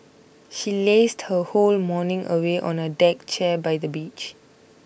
she lazed her whole morning away on a deck chair by the beach